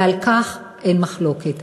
ועל כך אין מחלוקת.